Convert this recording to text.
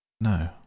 No